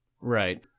Right